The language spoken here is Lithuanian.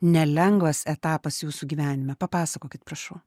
nelengvas etapas jūsų gyvenime papasakokit prašau